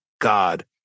God